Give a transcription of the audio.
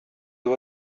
you